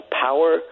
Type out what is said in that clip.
power